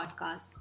podcast